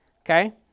Okay